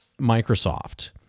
Microsoft